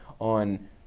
on